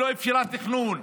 שלא אפשרה תכנון,